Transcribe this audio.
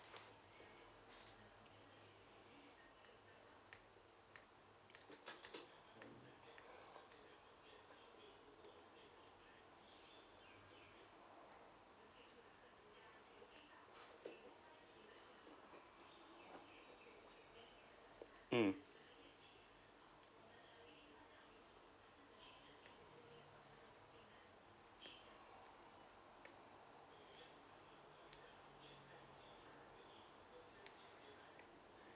mm